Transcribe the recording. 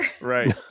Right